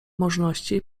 możności